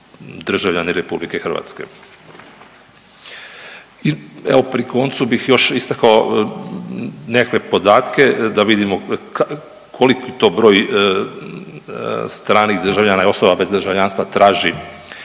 državljani RH. Evo pri koncu bih još istakao nekakve podatke da vidimo koliki to broj stranih državljana i osoba bez državljanstva traži